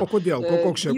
o kodėl ko koks čia